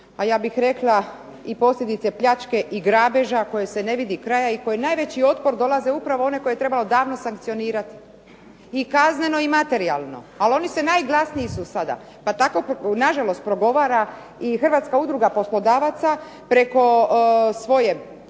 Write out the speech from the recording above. A ja bih rekla i posljedice pljačke i grabeža kojoj se ne vidi kraja i kojoj najveći otpor dolaze uprave one koje je trebalo davno sankcionirati, i kazneno i materijalno. Ali oni su najglasniji su sada. Pa tako, nažalost, progovara i HUP preko svoje